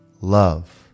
love